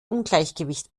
ungleichgewicht